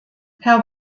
herr